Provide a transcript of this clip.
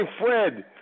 Fred